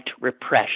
repression